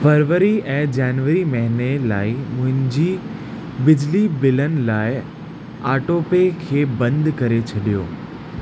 February ऐं जनवरी महीने लाइ मुंहिंजी बिजली बिलनि लाइ ऑटोपे खे बंदि करे छॾियो